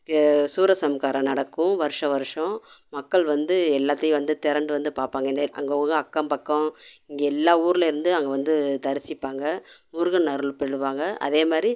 இங்கே சூரசம்காரம் நடக்கும் வருட வருடம் மக்கள் வந்து எல்லாத்தையும் வந்து திரண்டு வந்து பார்ப்பாங்க அங்கே உள்ள அக்கம் பக்கம் இங்கே எல்லாம் ஊரிலேருந்து அங்கே வந்து தரிசிப்பாங்கள் முருகன் அருள் பெறுவாங்க அதே மாதிரி